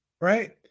right